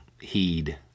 heed